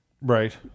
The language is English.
Right